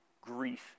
grief